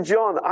John